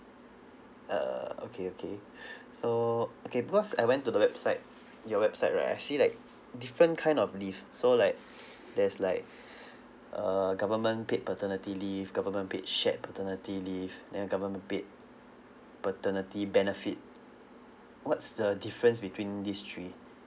err okay okay so uh okay because I went to the website your website right I see like different kind of leave so like there's like err government paid paternity leave government paid shared paternity leave then government paid paternity benefit what's the difference between these three